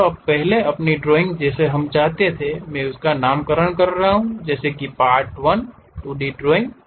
यह पहली ड्राइंग है जिसे हम चाहते हैं कि मैं इसका नामकरण कर रहा हूं जैसे कि Part1 2D ड्राइंग